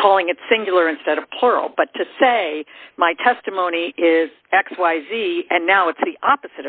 calling it singular instead of plural but to say my testimony is x y z and now it's the opposite